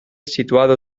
situado